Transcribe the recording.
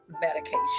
medication